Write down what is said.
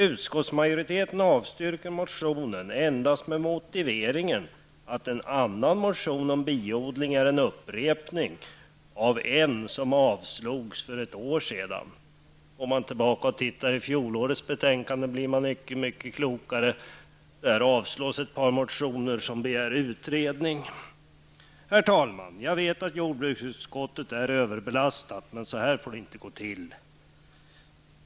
Utskottsmajoriteten avstyrker motionen endast med motiveringen att en annan motion om biodling är en upprepning av en motion som avslogs för ett år sedan. Om man tittar i fjolårets betänkande blir man inte mycket klokare. Där avstyrks ett par motioner som begär utredning i denna fråga. Herr talman! Jag vet att jordbruksutskottet är överbelastat, men så här får det inte gå till.